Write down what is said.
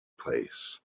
place